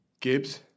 Gibbs